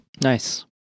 Nice